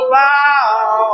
bow